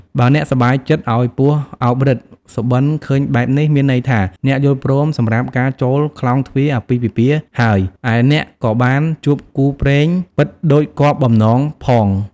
បើអ្នកសប្បាយចិត្តឲ្យពស់អោបរឹត សុបិនឃើញបែបនេះ មានន័យថា អ្នកយល់ព្រមសម្រាប់ការចូលខ្លោងទ្វារអាពាហ៍ពិពាហ៍ហើយ ឯអ្នកក៏បានជួបគូព្រេងពិតដូចគាប់បំណងផង៕